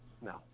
No